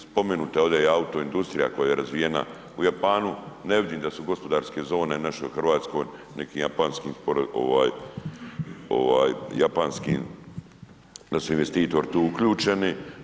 Spomenuta je ovdje i auto industrija koja je razvijena u Japanu, ne vidim da su gospodarske zone naše u Hrvatskoj nekim japanskim, da su investitori tu uključeni.